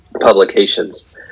publications